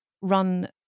run